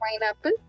pineapple